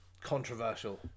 controversial